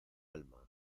alma